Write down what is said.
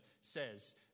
says